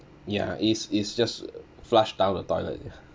ya is is just flushed down the toilet ya